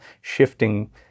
shifting